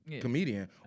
comedian